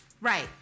Right